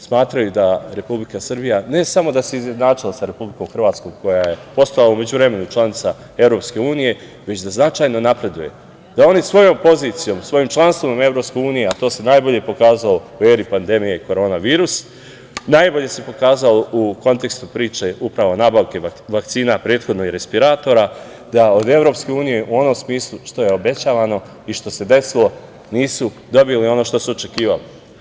Smatraju da Republika Srbija ne samo da se izjednačila sa Republikom Hrvatskom koja je postala u međuvremenu i članica EU, već da značajno napreduje, da oni svojom pozicijom, svojim članstvom u EU, a to se najbolje pokazalo u eri pandemije na korona virus, najbolje se pokazalo u kontekstu priče upravo nabavke vakcina, prethodno i respiratora, da od EU u onom smislu što je obećavano i što se desilo, nisu dobili ono što se očekivali.